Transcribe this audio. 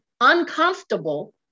uncomfortable